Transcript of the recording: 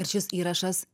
ir šis įrašas